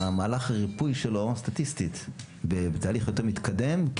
מהלך הריפוי שלו סטטיסטית בתהליך יותר מתקדם,